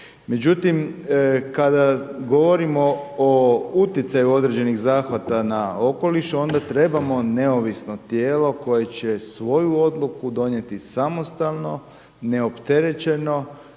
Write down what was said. međutim kada govorimo o utjecaju određenih zahvata na okoliš onda trebamo neovisno tijelo koje će svoju odluku donijeti samostalno, neopterećeno,